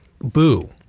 boo